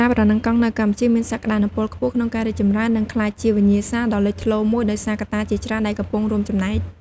កីឡាប្រណាំងកង់នៅកម្ពុជាមានសក្ដានុពលខ្ពស់ក្នុងការរីកចម្រើន និងក្លាយជាវិញ្ញាសាដ៏លេចធ្លោមួយ ដោយសារកត្តាជាច្រើនដែលកំពុងរួមចំណែក។